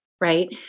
right